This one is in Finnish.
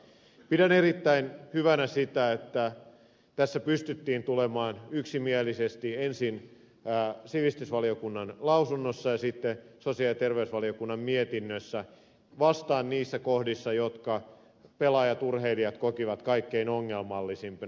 pidän erittäin hyvänä sitä että tässä pystyttiin tulemaan yksimielisesti ensin sivistysvaliokunnan lausunnossa ja sitten sosiaali ja terveysvaliokunnan mietinnössä vastaan niissä kohdissa jotka pelaajat urheilijat kokivat kaikkein ongelmallisimpina